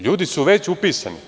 Ljudi su već upisani.